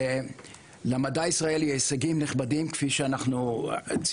למדע הישראלי הישגים נכבדים, כפי שציינו,